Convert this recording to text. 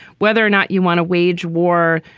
whether or not you want to wage war,